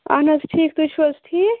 اہَن حظ ٹھیک تُہۍ چھُو حظ ٹھیک